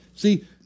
See